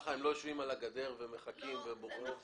ככה הם לא יושבים על הגדר ומחכים ובוחרים.